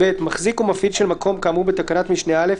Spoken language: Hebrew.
מחזיק או מפעיל של מקום כאמור בתקנת משנה (א),